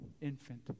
infant